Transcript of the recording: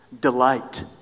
delight